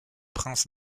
prince